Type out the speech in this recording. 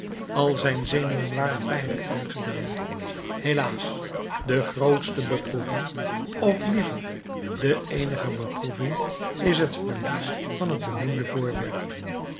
al zijn zenuwen waren pijnlijk aangedaan helaas de grootste beproeving of liever de eenige beproeving is het verlies van het beminde voorwerp